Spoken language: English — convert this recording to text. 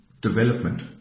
development